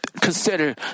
consider